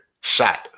shot